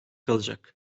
kalacak